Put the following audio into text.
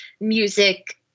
music